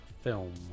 film